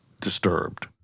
disturbed